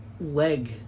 leg